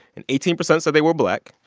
and eighteen percent said they were black,